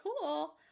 cool